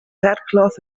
headcloth